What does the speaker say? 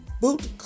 boot